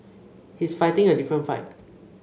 he's fighting a different fight